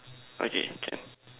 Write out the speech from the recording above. okay can